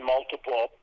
Multiple